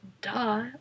duh